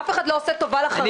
אף אחד לא עושה טובה לחרדים,